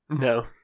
No